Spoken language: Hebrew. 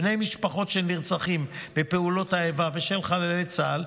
בני משפחות של נרצחים בפעולות האיבה ושל חללי צה"ל,